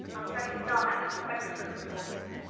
i'll study star-maps, and spectroscope reports.